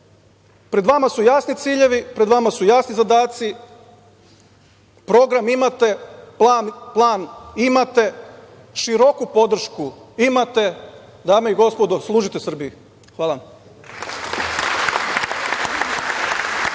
pred vama su jasni ciljevi, pred vama su jasni zadaci, program imate, plan imate, široku podršku imate. Dame i gospodo, služite Srbiji. Hvala vam.